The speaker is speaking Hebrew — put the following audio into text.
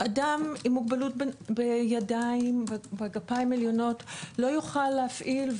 אדם עם מוגבלות בידיים ובגפיים עליונות לא יוכל להפעיל,